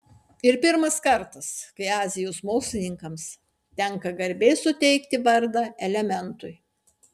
ir pirmas kartas kai azijos mokslininkams tenka garbė suteikti vardą elementui